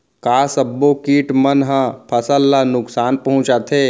का सब्बो किट मन ह फसल ला नुकसान पहुंचाथे?